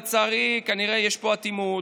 לצערי, כנראה יש פה אטימות.